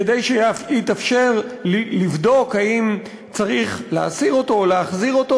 כדי שיתאפשר לבדוק אם צריך להסיר אותו או להחזיר אותו.